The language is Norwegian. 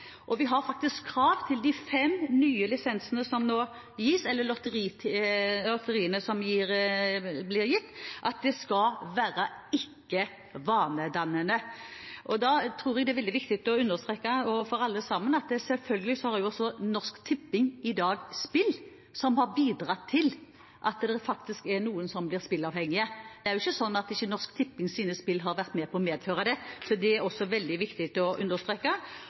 Og vi har krav til de fem nye lisensene som nå gis – eller til disse lotteriene – at de skal være ikke-vanedannende. Vi tror det er veldig viktig å understreke overfor alle sammen at selvfølgelig har også Norsk Tipping i dag spill som har bidratt til at det faktisk er noen som har blitt spilleavhengige. Det er jo ikke sånn at Norsk Tippings spill ikke har vært med på å medføre det – det er også veldig viktig å understreke.